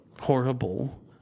horrible